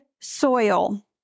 soil